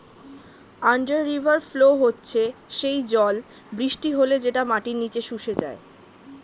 under river flow হচ্ছে সেই জল বৃষ্টি হলে যেটা মাটির নিচে শুষে যায়